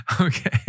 Okay